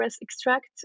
extract